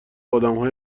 آدمهای